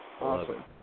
Awesome